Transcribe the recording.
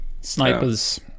Snipers